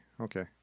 Okay